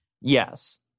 Yes